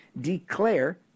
declare